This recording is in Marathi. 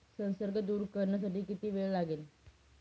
संसर्ग दूर करण्यासाठी किती वेळ लागेल?